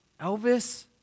Elvis